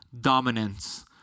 dominance